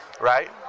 right